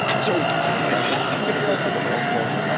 so i'm gonna go for the long haul.